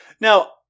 Now